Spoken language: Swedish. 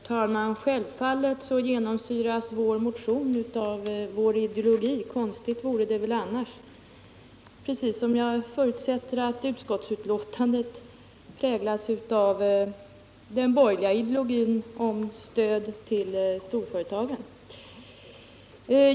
Herr talman! Självfallet genomsyras vår motion av vår ideologi — konstigt vore det väl annars — precis som jag förutsätter att utskottsbetänkandet präglas av den borgerliga ideologin om stöd till storföretagen.